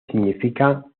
significa